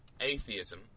atheism